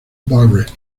barrett